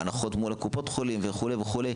בהנחות מול קופות חולים וכו'.